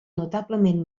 notablement